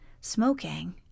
smoking